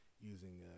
using